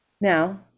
Now